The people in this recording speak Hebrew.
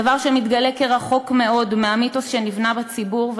דבר שמתגלה כרחוק מאוד מהמיתוס שנבנה בציבור,